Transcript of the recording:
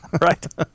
Right